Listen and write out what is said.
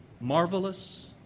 Marvelous